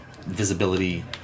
visibility